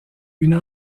une